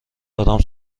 دارم